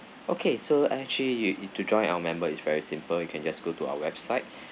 okay so actually you need to join our member is very simple you can just go to our website